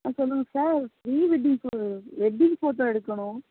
ஆ சொல்லுங்கள் sir pre வெட்டிங்க்கு ஒரு வெட்டிங் ஃபோட்டோ எடுக்கணும்